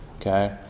Okay